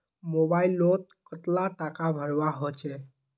Mobile लोत कतला टाका भरवा होचे?